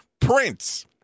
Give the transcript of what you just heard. Prince